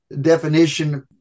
definition